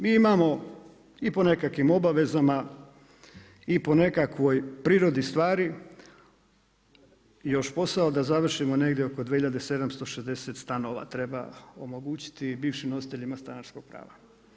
Mi imamo i po nekakvim obavezama i po nekakvoj prirodi stvari još posao da završimo negdje oko 2760 stanova treba omogućiti i bivšim nositeljima stanarskog prava.